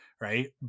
Right